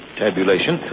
tabulation